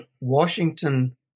Washington